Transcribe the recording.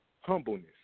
Humbleness